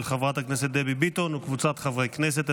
של חברת הכנסת דבי ביטון וקבוצת חברי הכנסת.